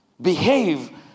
Behave